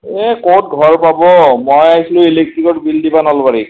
এ ক'ত ঘৰ পাব মই আহিছিলোঁ ইলেক্ট্ৰিকৰ বিল দিব নলবাৰীত